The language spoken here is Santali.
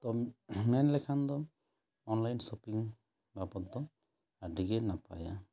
ᱛᱚ ᱢᱮᱱ ᱞᱮᱠᱷᱟᱱ ᱫᱚ ᱚᱱᱞᱟᱭᱤᱱ ᱥᱚᱯᱤᱝ ᱵᱟᱵᱚᱫ ᱫᱚ ᱟᱹᱰᱤ ᱜᱮ ᱱᱟᱯᱟᱭᱟ